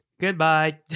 Goodbye